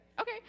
okay